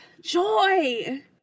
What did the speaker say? joy